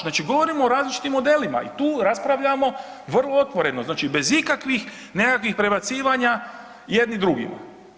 Znači govorimo o različitim modelima i tu raspravljamo vrlo otvoreno, znači bez ikakvih nekakvih prebacivanja jedni drugima.